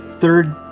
third